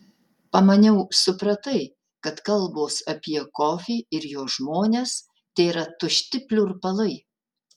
pamaniau supratai kad kalbos apie kofį ir jo žmones tėra tušti pliurpalai